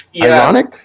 ironic